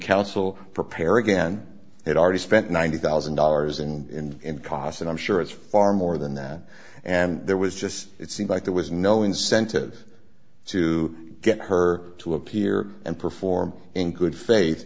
counsel prepare again had already spent ninety thousand dollars and cost and i'm sure it's far more than that and there was just it seemed like there was no incentive to get her to appear and perform include faith